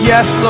Yes